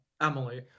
Emily